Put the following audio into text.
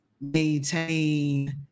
maintain